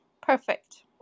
Perfect